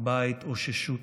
באה ההתאוששות.